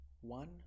One